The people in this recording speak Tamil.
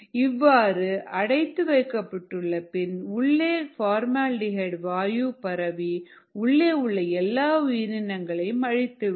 இவ்வாறு அடைத்து வைக்கப்பட்டுள்ள பின் உள்ளே ஃபார்மால்டிஹைடு வாயு பரவி உள்ளே உள்ள எல்லா உயிரினங்களையும் அழித்துவிடும்